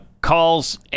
calls